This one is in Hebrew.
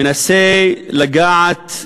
מנסה לגעת,